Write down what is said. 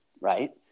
right